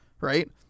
Right